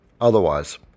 Otherwise